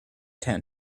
tent